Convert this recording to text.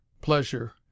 pleasure